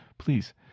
Please